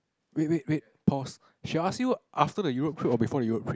wait wait wait pause she ask you after the Europe trip or before the Europe trip